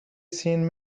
seen